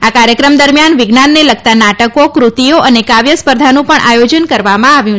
આ કાર્યક્રમ દરમિયાન વિજ્ઞાનને લગતા નાટકો કૃતિઓ અને કાવ્ય સ્પર્ધાનું પણ આયોજન કરવામાં આવ્યું છે